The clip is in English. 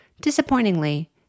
Disappointingly